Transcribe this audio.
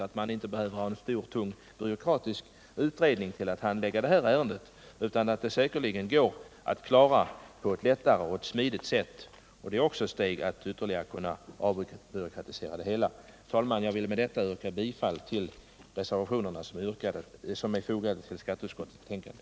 Härliga tider, strålande tider stundar då för atla förbudsälskare här i landet! Man får väl i alla fall hoppas att det inte blir så torrlagt att det hela stutar i en ökenvandring i dubbel bemärkelse för våra medborgare!